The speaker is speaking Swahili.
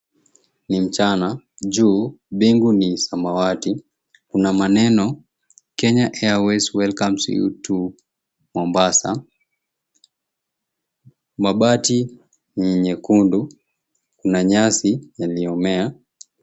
Ni mchana. Juu bingu ni samawati. Kuna maneno, Kenya Airways Welcomes You To Mombasa. Mabati ni nyekundu na nyasi yaliyomea.